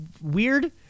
weird